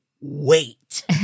wait